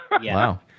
Wow